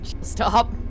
Stop